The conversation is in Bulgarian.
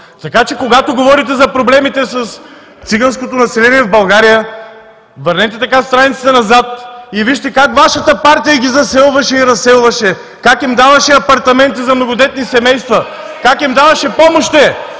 Така че когато говорите за проблемите с циганското население в България, върнете страниците назад и вижте как Вашата партия ги заселваше и разселваше, как им даваше апартаменти за многодетни семейства, как им даваше помощи!